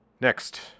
Next